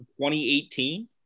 2018